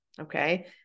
okay